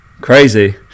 crazy